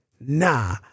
nah